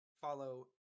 Follow